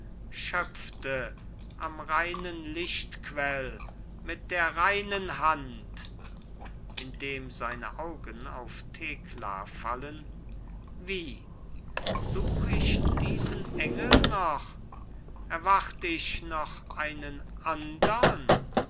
schöpfte am reinen lichtquell mit der reinen hand indem seine augen auf thekla fallen wie such ich diesen engel noch erwart ich noch einen andern